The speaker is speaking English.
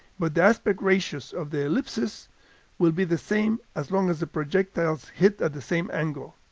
but the aspect ratios of the ellipses will be the same as long as the projectiles hit at the same angle.